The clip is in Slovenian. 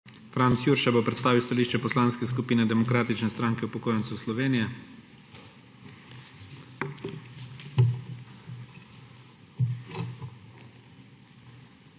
Simonovič bo predstavil stališče Poslanske skupine Demokratične stranke upokojencev Slovenije.